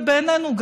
ובעינינו,